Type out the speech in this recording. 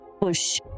push